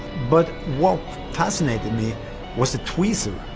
but what fascinated me was the tweezer.